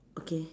okay